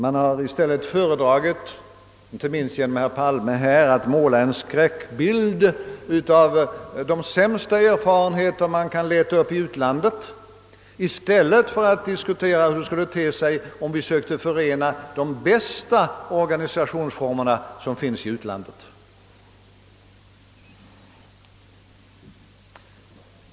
Man har föredragit att — inte minst i dag genom herr Palme — måla en skräckbild av de sämsta erfarenheter man kunnat leta upp i utlandet i stället för att diskutera hur det skulle te sig om vi försökte förena de bästa av de organisationsformer som förekommer i utlandet.